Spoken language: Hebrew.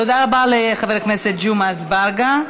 תודה רבה לחבר הכנסת ג'מעה אזברגה.